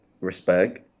respect